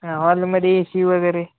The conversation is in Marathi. हां हॉलमध्ये ए सी वगैरे